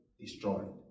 destroyed